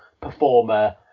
performer